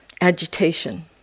Agitation